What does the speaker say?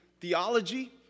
theology